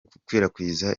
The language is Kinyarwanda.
gukwirakwiza